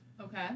Okay